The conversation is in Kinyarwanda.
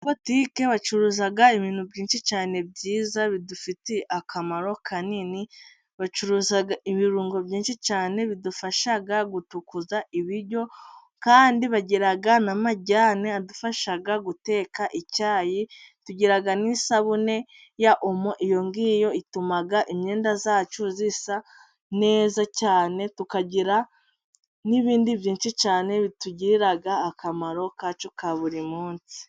Muri botitiki bacuruzaga ibintu byinshi cyane byiza bidufitiye akamaro kanini, bacuruza ibirungo byinshi cyane bidufashaga gutukuza ibiryo, kandi bagira n'amajyane adufasha guteka icyayi, tugirag n'isabune ya omo iyo ngiyo itumaga imyenda zacu zisa neza cyane, tukagira n'ibindi byinshi cyane bitugirira akamaro kacu ka buri munsi.